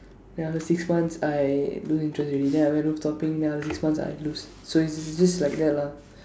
then after six months I lose interest already then I went rooftopping then after six months I lose so it's j~ j~ just like that lah